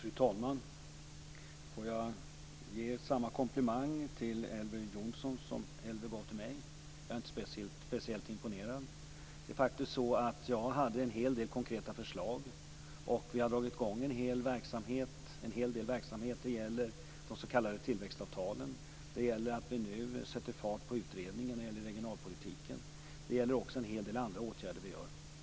Fru talman! Jag får börja med att ge samma komplimang till Elver Jonsson som han gav till mig: Jag är inte speciellt imponerad. Jag hade faktiskt en hel del konkreta förslag. Vi har dragit i gång en hel del verksamhet. Det gäller de s.k. tillväxtavtalen. Det gäller att vi nu sätter fart på utredningen om regionalpolitiken. Det gäller också en hel del andra åtgärder som vi vidtar.